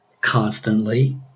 constantly